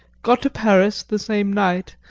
got to paris the same night,